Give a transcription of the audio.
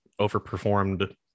overperformed